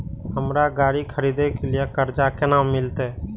हमरा गाड़ी खरदे के लिए कर्जा केना मिलते?